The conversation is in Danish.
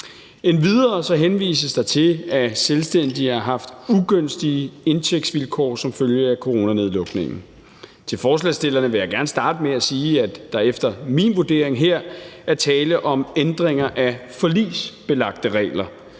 Endvidere henvises der til, at selvstændige har haft ugunstige indtægtsvilkår som følge af coronanedlukningen. Til forslagsstillerne vil jeg gerne starte med at sige, at der efter min vurdering her er tale om ændringer af forligsbelagte regler,